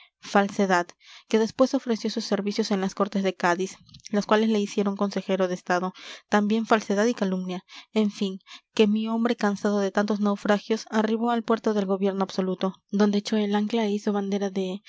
falsedad que después ofreció sus servicios a las cortes de cádiz las cuales le hicieron consejero de estado también falsedad y calumnia en fin que mi hombre cansado de tantos naufragios arribó al puerto del gobierno absoluto donde echó el ancla e hizo bandera de